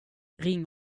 ring